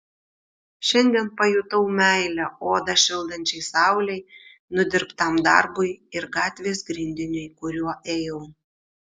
šiandien pajutau meilę odą šildančiai saulei nudirbtam darbui ir gatvės grindiniui kuriuo ėjau